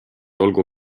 olgu